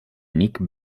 nick